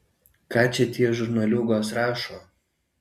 ką čia tie žurnaliūgos rašo